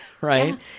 right